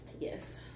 Yes